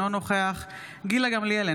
אינו נוכח גילה גמליאל,